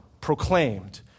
proclaimed